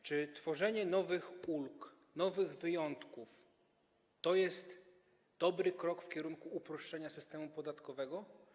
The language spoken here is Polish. Czy tworzenie nowych ulg, nowych wyjątków to jest dobry krok w kierunku uproszczenia systemu podatkowego?